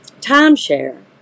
timeshare